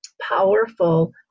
powerful